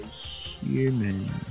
Human